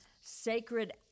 sacred